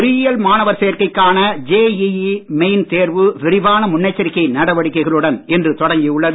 பொறியியல் மாணவர் சேர்க்கைக்கான ஜேஇஇ மெயின் தேர்வு விரிவான முன்னெச்சரிக்கை நடவடிக்கைகளுடன் இன்று தொடங்கியுள்ளது